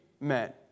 men